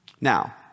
Now